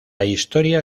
historia